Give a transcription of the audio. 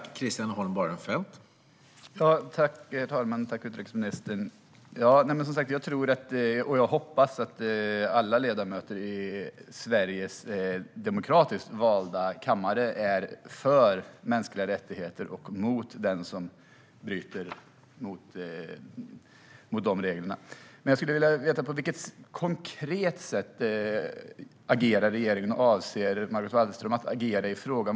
Herr talman! Tack, utrikesministern! Jag hoppas och tror att alla ledamöter i Sveriges riksdags demokratiskt valda kammare är för mänskliga rättigheter och mot den som bryter mot dessa regler. Jag skulle dock vilja veta på vilket konkret sätt regeringen agerar och på vilket sätt Margot Wallström avser att agera i frågan.